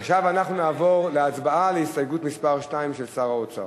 עכשיו אנחנו נעבור להצבעה על הסתייגות מס' 2 של שר האוצר.